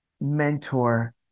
mentor